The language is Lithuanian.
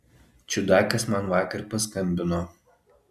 čiudakas man vakar paskambino